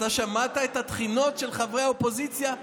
אתה שמעת את התחינות של חברי האופוזיציה,